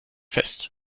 fest